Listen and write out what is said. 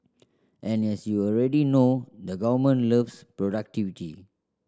and as you already know the government loves productivity